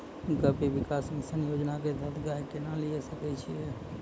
गव्य विकास मिसन योजना के तहत गाय केना लिये सकय छियै?